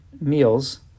meals